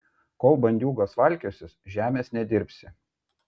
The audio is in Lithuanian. kol bandiūgos valkiosis žemės nedirbsi